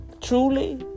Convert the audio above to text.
truly